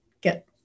get